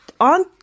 on